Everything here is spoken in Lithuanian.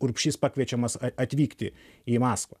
urbšys pakviečiamas atvykti į maskvą